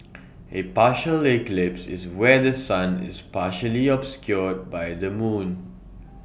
A partial eclipse is where The Sun is partially obscured by the moon